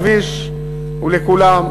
הכביש הוא לכולם,